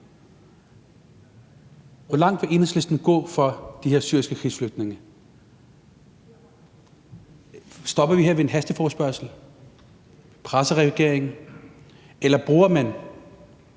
Hvor langt vil Enhedslisten gå for de her syriske krigsflygtninge? Stopper vi her ved en hasteforespørgsel? Bruger man nøglen, som man